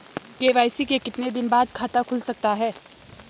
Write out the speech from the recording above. KYC के कितने दिन बाद खाता खुल सकता है?